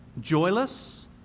joyless